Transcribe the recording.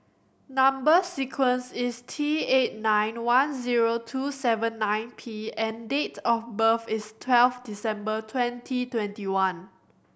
number sequence is T eight nine one zero two seven nine P and date of birth is twelve December twenty twenty one